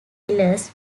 pillars